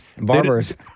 Barbers